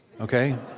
okay